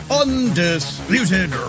undisputed